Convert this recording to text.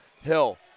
Hill